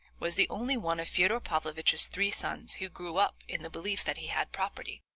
was the only one of fyodor pavlovitch's three sons who grew up in the belief that he had property,